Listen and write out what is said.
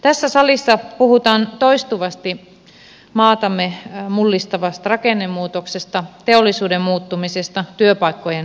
tässä salissa puhutaan toistuvasti maatamme mullistavasta rakennemuutoksesta teollisuuden muuttumisesta työpaikkojen katoamisesta